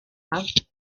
nesaf